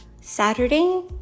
Saturday